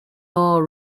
ore